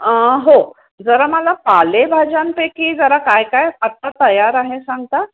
हो जरा मला पालेभाज्यांपैकी जरा काय काय आता तयार आहे सांगता